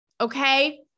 Okay